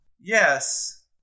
Yes